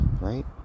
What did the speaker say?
right